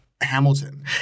Hamilton